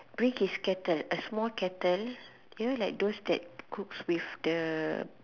bring his kettle a small kettle you know like those that cooks with the